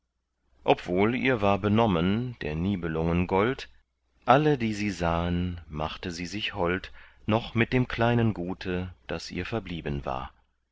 obwohl ihr war benommen der nibelungen gold alle die sie sahen machte sie sich hold noch mit dem kleinen gute das ihr verblieben war